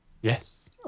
Yes